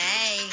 Hey